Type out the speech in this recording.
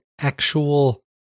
actual